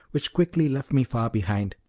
which quickly left me far behind.